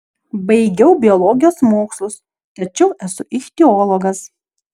baigiau biologijos mokslus tačiau esu ichtiologas